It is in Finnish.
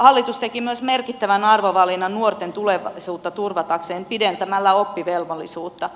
hallitus teki myös merkittävän arvovalinnan nuorten tulevaisuutta turvatakseen pidentämällä oppivelvollisuutta